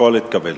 הכול התקבל.